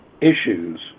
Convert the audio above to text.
issues